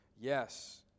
Yes